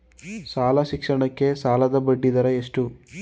ಶಾಲಾ ಶಿಕ್ಷಣಕ್ಕೆ ಸಾಲದ ಬಡ್ಡಿದರ ಎಷ್ಟು?